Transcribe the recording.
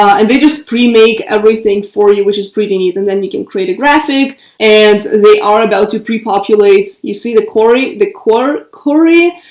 and they just pre make everything for you, which is pretty neat. and then you can create a graphic and they are about to pre populate. you see the core the core corey,